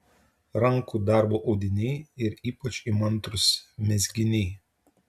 rankų darbo audiniai ir ypač įmantrūs mezginiai